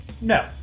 No